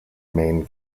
main